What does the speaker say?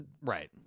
Right